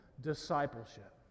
discipleship